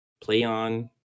PlayOn